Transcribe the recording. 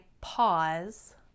pause